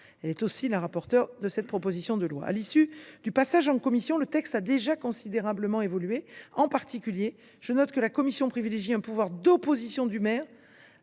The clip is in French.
qui est aussi la rapporteure du texte. À l’issue de son examen par la commission, le texte a déjà considérablement évolué. En particulier, je note que la commission privilégie un pouvoir d’opposition du maire